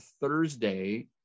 Thursday